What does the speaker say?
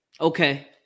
Okay